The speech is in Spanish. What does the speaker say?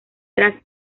tras